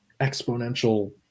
exponential